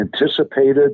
anticipated